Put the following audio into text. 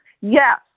yes